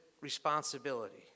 responsibility